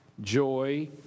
joy